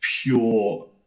pure